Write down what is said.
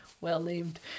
Well-named